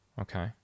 Okay